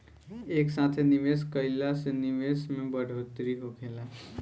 एक साथे निवेश कईला से निवेश में बढ़ोतरी होखेला